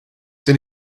then